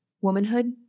womanhood